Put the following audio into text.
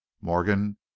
morgan